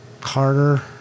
carter